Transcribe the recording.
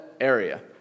area